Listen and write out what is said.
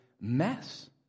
mess